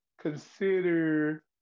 consider